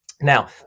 Now